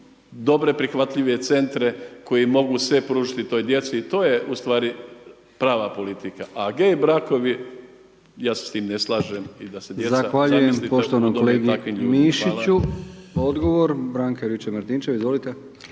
dobre prihvatljive centre koji mogu sve pružiti toj djeci i to je ustvari prava politika, a gay brakovi, ja se s tim ne slažem i da se djeca…/Upadica: Zahvaljujem